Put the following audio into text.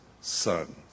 son